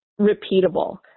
repeatable